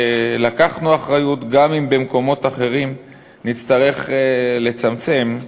לקחנו אחריות גם אם במקומות אחרים נצטרך לצמצם.